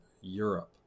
Europe